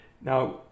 Now